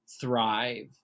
thrive